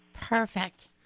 Perfect